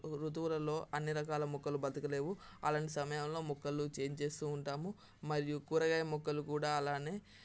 ఋతువులలో అన్ని రకాల మొక్కలు బతకలేవు అలాంటి సమయంలో మొక్కలు చేంజ్ చేస్తూ ఉంటాము మరియు కూరగాయ మొక్కలు కూడా అలానే